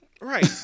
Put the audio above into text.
right